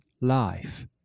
life